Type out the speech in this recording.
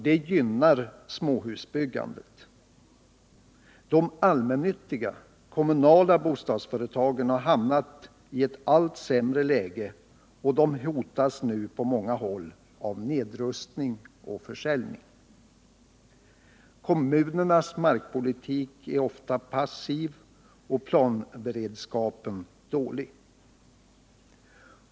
Detta gynnar småhusbyggandet. De allmännyttiga, kommunala, bostadsföretagen har hamnat i ett allt sämre läge och hotas nu på många håll av nedrustning och försäljning. Kommunernas markpolitik är passiv och planberedskapen är dålig.